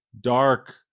dark